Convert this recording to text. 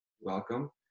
Welcome